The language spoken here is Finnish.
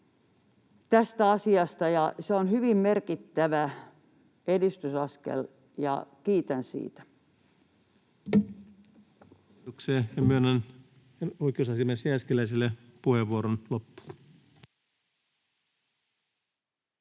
tästä asiasta. Se on hyvin merkittävä edistysaskel, ja kiitän siitä.